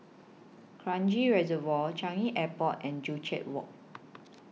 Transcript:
Kranji Reservoir Changi Airport and Joo Chiat Walk